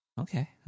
Okay